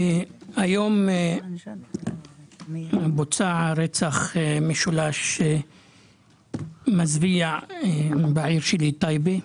היום בוצע רצח משולש מזוויע בעיר שלי טייבה.